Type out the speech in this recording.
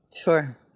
Sure